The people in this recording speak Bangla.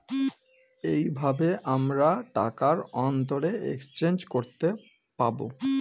এইভাবে আমরা টাকার অন্তরে এক্সচেঞ্জ করতে পাবো